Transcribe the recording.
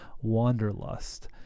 wanderlust